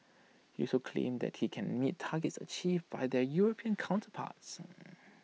he also claimed that he can meet targets achieved by their european counterparts